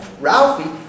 Ralphie